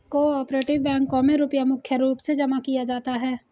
को आपरेटिव बैंकों मे रुपया मुख्य रूप से जमा किया जाता है